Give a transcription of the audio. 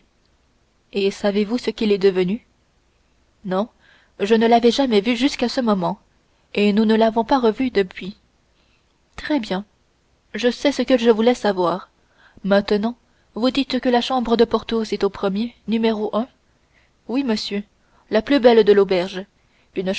et savez-vous ce qu'il est devenu non je ne l'avais jamais vu jusqu'à ce moment et nous ne l'avons pas revu depuis très bien je sais ce que je voulais savoir maintenant vous dites que la chambre de porthos est au premier oui monsieur la plus belle de l'auberge